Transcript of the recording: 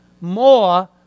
more